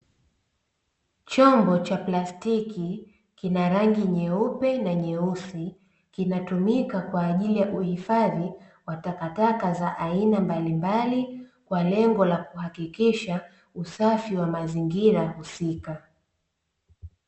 Chombo cha plastiki kina rangi nyeupe na nyeusi kinatumika kwa ajili ya kuhifadhi matakataka za aina mbalimbali, kwa lengo la kuhakikisha usafi wa mazingira husika.